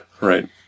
Right